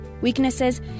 weaknesses